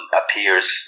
appears